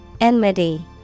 Enmity